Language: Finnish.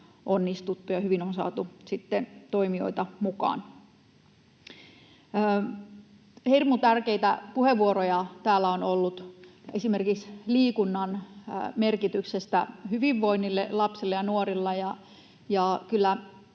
onnistuttu ja hyvin on saatu toimijoita mukaan. Hirmu tärkeitä puheenvuoroja täällä on ollut esimerkiksi liikunnan merkityksestä hyvinvoinnille lapsilla ja nuorilla,